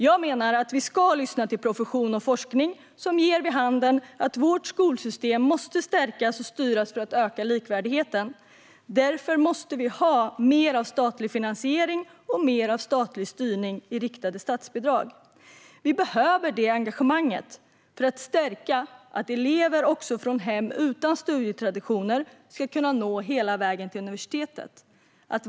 Jag menar att vi ska lyssna till profession och forskning, som ger vid handen att vårt skolsystem måste stärkas och styras för att öka likvärdigheten. Därför behövs mer av statlig finansiering och mer av statlig styrning i riktade statsbidrag. Vi behöver det engagemanget för att stärka att elever också från hem utan studietraditioner ska nå hela vägen till universitetet.